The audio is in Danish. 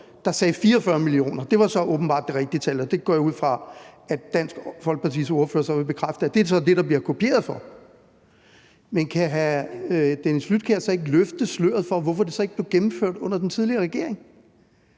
der sagde 44 mio. kr. Det var så åbenbart det rigtige tal, og det går jeg ud fra at Dansk Folkepartis ordfører så vil bekræfte er det, der bliver kopieret for. Men kan hr. Dennis Flydtkjær ikke løfte sløret for, hvorfor det så ikke blev gennemført under den tidligere regering?